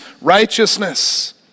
righteousness